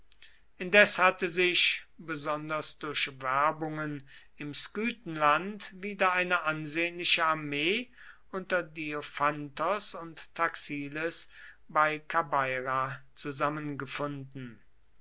indes hatte sich besonders durch werbungen im skythenland wieder eine ansehnliche armee unter diophantos und taxiles bei kabeira zusammengefunden